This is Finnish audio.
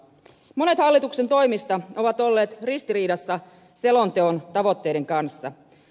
monet hallituksen toimista ovat olleet ristiriidassa selonteon tavoitteiden kanssa